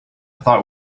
thought